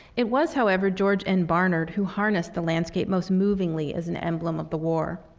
it was, however, george n. barnard who harnessed the landscape most movingly as an emblem of the war.